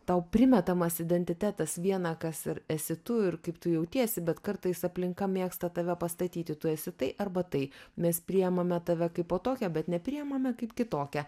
tau primetamas identitetas viena kas ir esi tu ir kaip tu jautiesi bet kartais aplinka mėgsta tave pastatyti tu esi tai arba tai mes priimame tave kaipo tokią bet nepriimame kaip kitokią